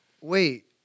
wait